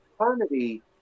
Eternity